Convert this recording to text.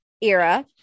era